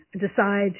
decide